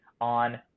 on